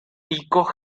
picos